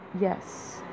yes